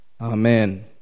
Amen